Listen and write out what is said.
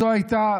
זו הייתה,